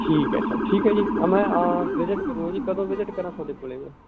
ਠੀਕ ਹੈ ਸਰ ਠੀਕ ਹੈ ਜੀ ਨਾ ਮੈਂ ਵਿਜਿਟ ਕਰੂੰਗਾ ਜੀ ਕਦੋਂ ਵਿਜਿਟ ਕਰਾਂ ਤੁਹਾਡੇ ਕੋਲ ਮੈਂ